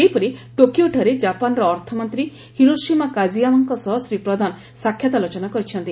ସେହିପରି ଟୋକିଓଠାରେ ଜାପାନର ଅର୍ଥମନ୍ତୀ ହିରୋସୀମା କାଜିୟାମାଙ୍କ ସହ ଶ୍ରୀ ପ୍ରଧାନ ସାକ୍ଷାତ ଆଲୋଚନା କରିଛନ୍ତି